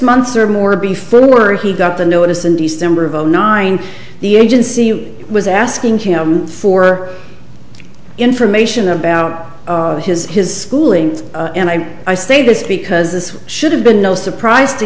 months or more before the war he got the notice in december of zero nine the agency was asking him for information about his his schooling and i i say this because this should have been no surprise to